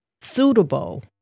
suitable